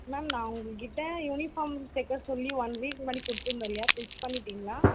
ma'am நான் உங்கள் கிட்டே யூனிஃபார்ம் தைக்க சொல்லி ஒன் வீக் முன்னாடி கொடுத்துருந்தேன் இல்லையா ஸ்டிச் பண்ணிவிட்டீங்களா